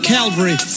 Calvary